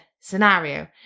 scenario